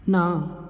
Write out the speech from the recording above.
ਨਾ